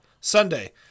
Sunday